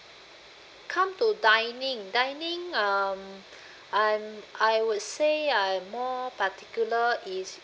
come to dining dining um I'm I would say I more particular is